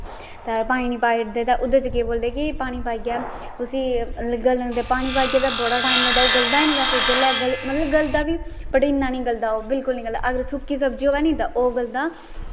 पानी पाई ओड़दे केह् बोलदे कि पानी पाइयै उस्सी गलन दिंदे पानी पाइयै ते बड़ा टैम लगदा ओह् गलदा गै निं बैसे ओह् गलदा बट इन्ना निं लगदा अगर सुक्की सब्जी होऐ ना ते ओह् गलदा